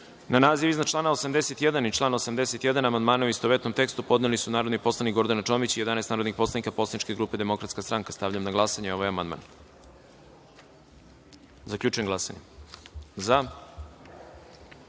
2, naziv iznad člana 51. i član 51. amandmane, u istovetnom tekstu, podneli su narodni poslanici Gordana Čomić i 11 narodnih poslanika poslaničke grupe DS.Stavljam na glasanje ovaj amandman. Zaključujem glasanje i